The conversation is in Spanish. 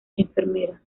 enfermera